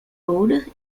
road